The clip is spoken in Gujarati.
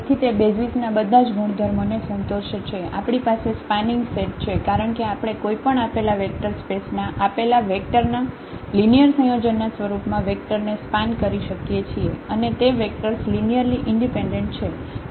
તેથી તે બેસિઝ ના બધાજ ગુણધર્મો ને સંતોષે છે આપણી પાસે સ્પાનિંગ સેટ છે કારણ કે આપણે કોઈ પણ આપેલા વેક્ટર સ્પેસ ના આપેલા વેક્ટર ના લિનિયર સંયોજનના સ્વરૂપમાં વેક્ટર ને સ્પાન કરી શકીએ છીએ અને તે વેક્ટર્સ લિનિયરલી ઈન્ડિપેન્ડેન્ટ છે